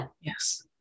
yes